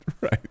right